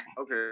okay